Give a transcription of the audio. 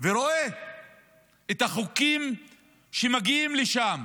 ורואה את החוקים שמגיעים לשם,